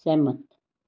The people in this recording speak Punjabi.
ਸਹਿਮਤ